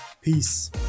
Peace